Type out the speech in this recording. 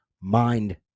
mind